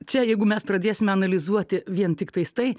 čia jeigu mes pradėsime analizuoti vien tiktais tai